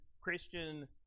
Christian